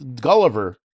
Gulliver